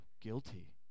guilty